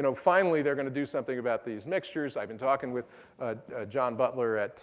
you know finally they're going to do something about these mixtures. i've been talking with john butler at